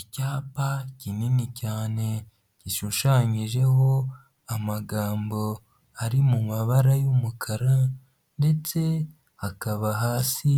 Icyapa kinini cyane, gishushanyijeho amagambo ari mu mabara y'umukara ndetse hakaba hasi